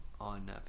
on